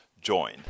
join